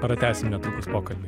pratęsim netrukus pokalbį